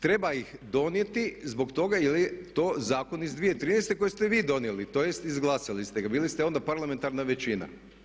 Treba ih donijeti zbog toga jer je to Zakon iz 2013. koji ste vi donijeli, tj. izglasali ste ga, bili se onda parlamentarna većina.